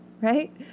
right